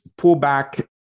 pullback